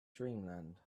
dreamland